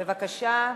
בבקשה.